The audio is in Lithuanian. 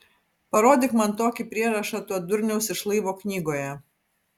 parodyk man tokį prierašą to durniaus iš laivo knygoje